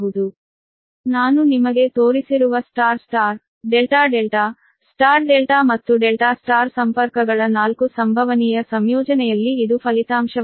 ನಾನು ನಿಮಗೆ ತೋರಿಸಿರುವ star star delta delta star delta ಮತ್ತು ಡೆಲ್ಟಾ ಸ್ಟಾರ್ ಸಂಪರ್ಕಗಳ 4 ಸಂಭವನೀಯ ಸಂಯೋಜನೆಯಲ್ಲಿ ಇದು ಫಲಿತಾಂಶವಾಗಿದೆ